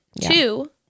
two